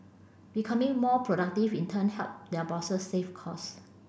becoming more productive in turn help their bosses save cost